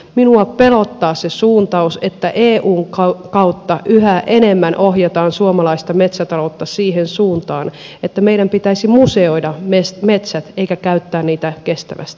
minua pelottaa se suuntaus että eun kautta yhä enemmän ohjataan suomalaista metsätaloutta siihen suuntaan että meidän pitäisi museoida metsät eikä käyttää niitä kestävästi